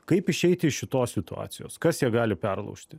kaip išeiti iš šitos situacijos kas ją gali perlaužti